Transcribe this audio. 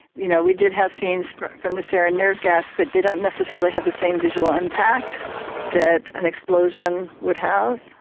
you know, we did have scenes from the sarin nerve gas but they don't necessarily have the same visual impact that an explosion would have,